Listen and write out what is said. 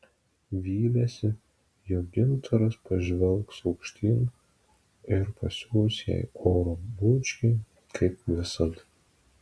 vylėsi jog gintaras pažvelgs aukštyn ir pasiųs jai oro bučkį kaip visad